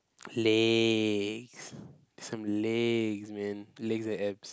legs some legs man legs and abs